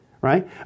right